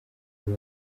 uyu